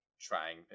trying